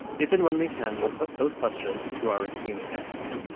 if and when we can, we'll put those questions to our esteemed guests